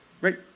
right